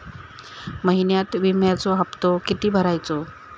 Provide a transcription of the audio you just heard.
महिन्यात विम्याचो हप्तो किती भरायचो?